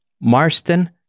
Marston